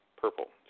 purple